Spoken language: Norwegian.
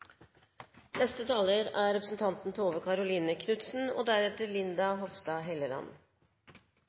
neste taler er representanten Michael Tetzschner og deretter